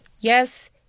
Yes